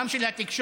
גם של התקשורת